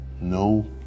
No